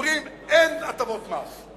אומרים: אין הטבות מס.